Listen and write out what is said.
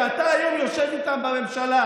שאתה היום יושב איתם בממשלה,